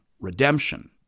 redemption